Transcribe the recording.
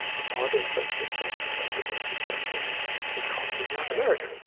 a moderate socialist government of the most successful economy in latin america.